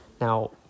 Now